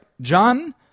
John